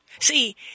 See